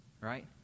right